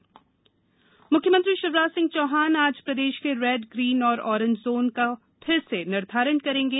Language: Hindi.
लॉकडाउन प्रदेश म्ख्यमंत्री शिवराज सिंह चौहान आज प्रदेश के रेड ग्रीन और ऑरेंज जोन का फिर से निर्धारण करेंगे